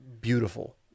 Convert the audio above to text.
beautiful